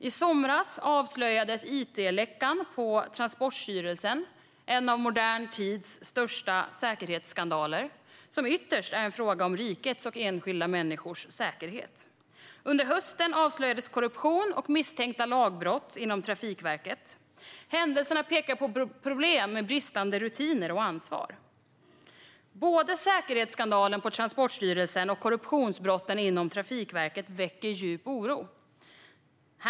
I somras avslöjades it-läckan på Transportstyrelsen, en av modern tids största säkerhetsskandaler, som ytterst är en fråga om rikets och enskilda människors säkerhet. Under hösten avslöjades korruption och misstänkta lagbrott inom Trafikverket. Händelserna pekar på problem med bristande rutiner och ansvar. Både säkerhetsskandalen på Transportstyrelsen och korruptionsbrotten inom Trafikverket väcker djup oro.